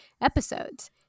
episodes